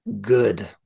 good